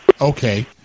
Okay